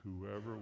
whoever